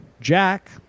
Jack